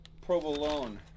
provolone